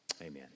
Amen